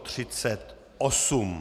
38.